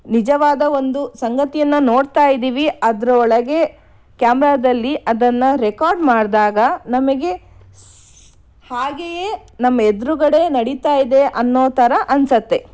ನಿಜವಾದ ಒಂದು ಸಂಗತಿಯನ್ನು ನೋಡ್ತಾ ಇದ್ದೀವಿ ಅದರೊಳಗೆ ಕ್ಯಾಮ್ರಾದಲ್ಲಿ ಅದನ್ನು ರೆಕಾರ್ಡ್ ಮಾಡಿದಾಗ ನಮಗೆ ಹಾಗೆಯೇ ನಮ್ಮ ಎದುರುಗಡೆ ನಡೀತಾ ಇದೆ ಅನ್ನೋ ಥರ ಅನ್ನಿಸುತ್ತೆ